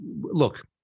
look